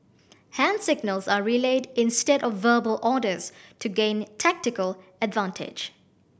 hand signals are relayed instead of verbal orders to gain tactical advantage